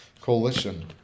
coalition